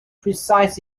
precise